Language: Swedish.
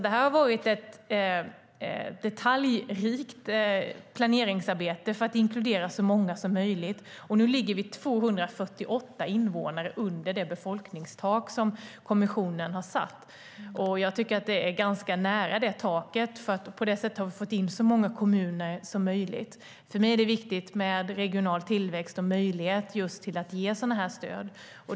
Det har varit ett detaljrikt planeringsarbete för att inkludera så många som möjligt. Nu ligger vi 248 invånare under det befolkningstak som kommissionen har satt. Det är ganska nära taket. På det sättet har vi fått in så många kommuner som möjligt. För mig är det viktigt med regional tillväxt och möjlighet att ge sådana stöd.